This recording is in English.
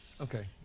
Okay